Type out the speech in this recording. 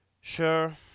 Sure